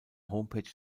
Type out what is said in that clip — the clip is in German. homepage